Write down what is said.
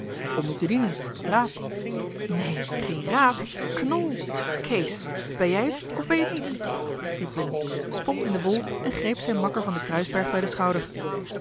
om u te dienen raap neen geen raap knol kees ben jij t of ben je het niet riep willem sprong in de wol en greep zijn makker van den kruisberg bij den schouder